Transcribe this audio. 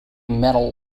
metal